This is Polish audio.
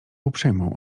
uprzejmą